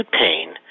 pain